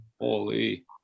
Holy